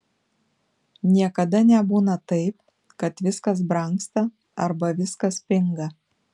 niekada nebūna taip kad viskas brangsta arba viskas pinga